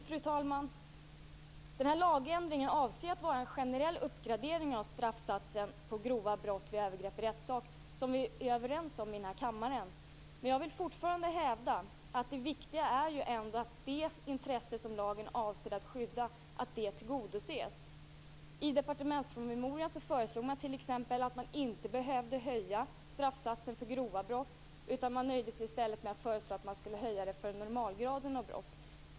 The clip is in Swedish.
Fru talman! Lagändringen avser ju att vara en generell uppgradering av straffsatsen för grova brott vid övergrepp i rättssak, som vi är överens om i denna kammare. Men jag vill fortfarande hävda att det viktiga ändå är att det intresse som lagen avser att skydda tillgodoses. I departementspromemorian föreslog man t.ex. att straffsatsen för grova brott inte skulle höjas, utan man nöjde sig i stället med att föreslå att den skulle höjas för normalgraden av brott.